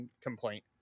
complaint